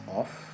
off